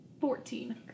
Fourteen